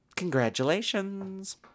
Congratulations